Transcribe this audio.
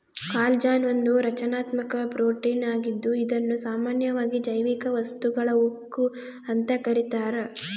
collagen ಒಂದು ರಚನಾತ್ಮಕ protein ಆಗಿದ್ದು ಇದುನ್ನ ಸಾಮಾನ್ಯವಾಗಿ ಜೈವಿಕ ವಸ್ತುಗಳ ಉಕ್ಕು ಅಂತ ಕರೀತಾರ